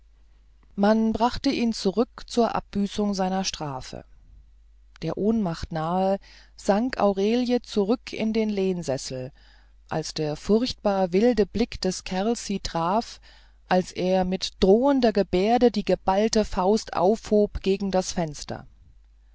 man brachte ihn zurück zur abbüßung seiner strafe der ohnmacht nahe sank aurelie zurück in den lehnsessel als der furchtbar wilde blick des kerls sie traf als er mit drohender gebärde die geballte faust aufhob gegen das fenster